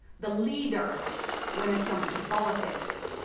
the leader when it comes to politics.